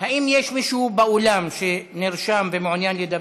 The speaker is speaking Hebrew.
האם יש מישהו באולם שנרשם ומעוניין לדבר?